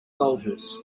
soldiers